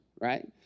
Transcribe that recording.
right